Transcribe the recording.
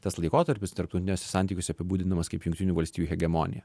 tas laikotarpis tarptautiniuose santykiuose apibūdinamas kaip jungtinių valstijų hegemonija